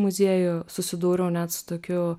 muziejų susidūriau net su tokiu